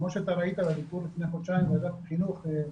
כמו שראית בביקור לפני חודשיים של ועדת החינוך,